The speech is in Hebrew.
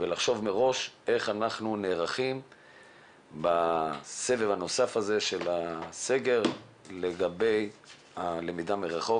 ולחשוב מראש איך נערכים בסבב הנוסף של הסגר ללמידה מרחוק.